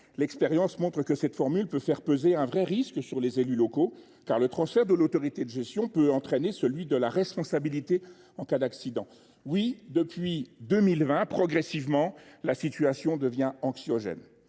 l’expérience montre que cette solution peut faire peser un vrai risque sur les élus locaux, car le transfert de l’autorité de gestion peut entraîner celui de la responsabilité en cas d’accident. Oui, depuis 2020, progressivement, la situation devient anxiogène.